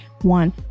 One